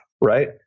Right